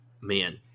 Man